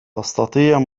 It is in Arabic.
تستطيع